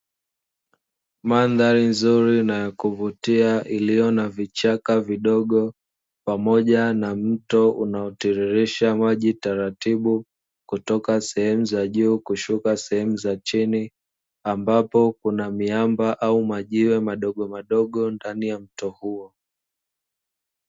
Mandhari nzuri na ya kuvutia, iliyo na vichaka vidogo pamoja na mto unaotiririsha maji taratibu kutoka sehemu za juu kushuka sehemu za chini ambapo kuna miamba ama majiwe madogo madogo ndani ya mto huo.